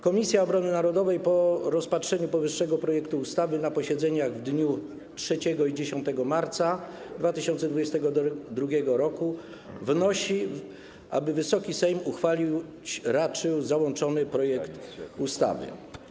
Komisja Obrony Narodowej po rozpatrzeniu powyższego projektu ustawy na posiedzeniach w dniu 3 i 10 marca 2022 r. wnosi, aby Wysoki Sejm uchwalić raczył załączony projekt ustawy.